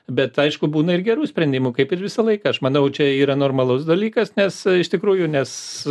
bet aišku būna ir gerų sprendimų kaip ir visą laiką aš manau čia yra normalus dalykas nes iš tikrųjų nes